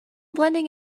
blending